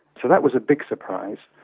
so that was a big surprise,